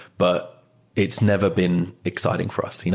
but it's never been exciting for us. you know